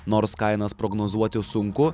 nors kainas prognozuoti sunku